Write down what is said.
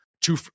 two